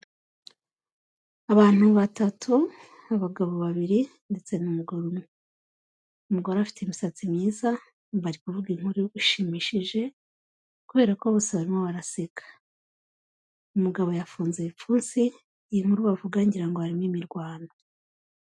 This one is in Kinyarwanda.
Abantu batatu abagabo babiri ndetse n'umugabo umwe, umugore afite imisatsi myiza bari kuvuga inkuru ishimishije kubera ko bose barimo baraseka, umugabo yafunze ibipfunsi iyi nkuru bavuga ngira ngo harimo imirwano.